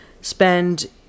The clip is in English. spend